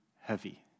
heavy